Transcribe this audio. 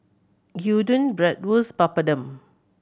Gyudon Bratwurst Papadum